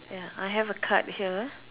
ya I have a card here